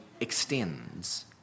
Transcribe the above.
extends